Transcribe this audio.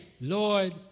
Lord